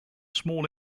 small